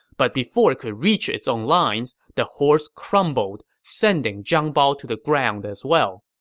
but before it could reach its own lines, the horse crumbled, sending zhang bao to the ground as well.